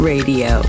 Radio